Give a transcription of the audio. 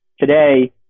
today